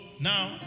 now